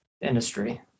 industry